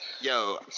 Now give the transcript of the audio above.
Yo